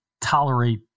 tolerate